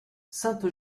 sainte